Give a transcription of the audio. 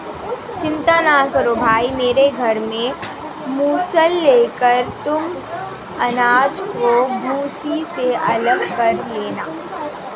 चिंता ना करो भाई मेरे घर से मूसल लेकर तुम अनाज को भूसी से अलग कर लेना